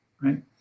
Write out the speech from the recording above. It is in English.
right